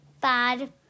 bad